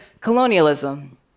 colonialism